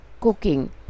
cooking